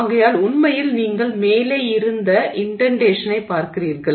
ஆகையால் உண்மையில் நீங்கள் மேலே இருந்து இன்டென்டேஷனை பார்க்கிறீர்கள்